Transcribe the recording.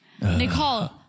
Nicole